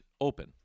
open